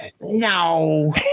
No